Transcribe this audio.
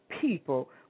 people